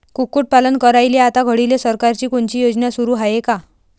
कुक्कुटपालन करायले आता घडीले सरकारची कोनची योजना सुरू हाये का?